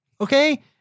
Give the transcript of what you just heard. okay